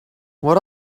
what